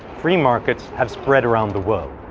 free markets have spread around the world.